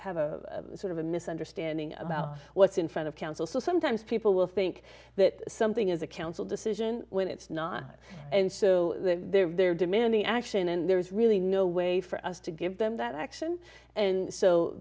have a sort of a misunderstanding about what's in front of council so sometimes people will think that something is a council decision when it's not and so they're demanding action and there's really no way for us to give them that action and so